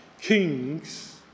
Kings